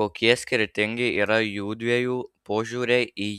kokie skirtingi yra jųdviejų požiūriai į